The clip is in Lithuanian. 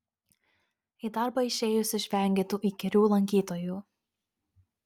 į darbą išėjus išvengi tų įkyrių lankytojų